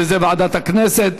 וזה ועדת הכנסת.